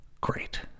great